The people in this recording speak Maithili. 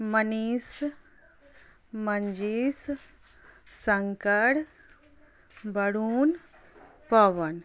मनीष मंजीष शङ्कर वरुण पवन